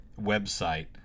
website